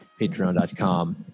patreon.com